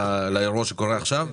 שאלות.